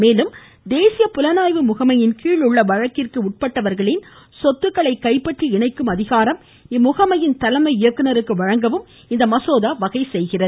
மேலும் தேசிய புலனாய்வு முகமையின் கீழ் உள்ள வழக்கிற்கு உட்பட்டவர்களின் சொத்துக்களை கைப்பற்றி இணைக்கும் அதிகாரம் இம்முகமையின் தலைமை இயக்குனருக்கு வழங்கவும் இந்த மசோதா வகை செய்கிறது